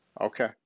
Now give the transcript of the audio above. okay